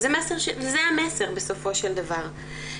וזה המסר בסופו של דבר.